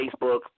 Facebook